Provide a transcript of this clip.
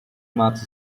much